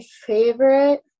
favorite